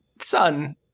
Son